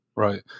Right